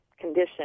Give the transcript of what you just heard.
condition